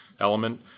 element